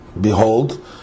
behold